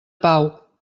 pau